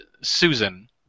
Susan